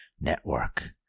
network